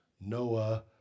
Noah